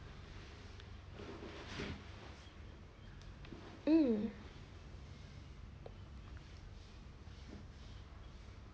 um